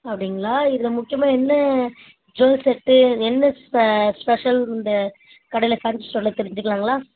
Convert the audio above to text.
அப்படிங்களா இதில் முக்கியமாக என்ன ஜுவல் செட்டு என்ன ப ஸ்பெ ஸ்பெஷல் இந்த கடையில் கருத்து சொல்ல தெரிஞ்சுக்கலாங்களா